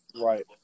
Right